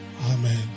Amen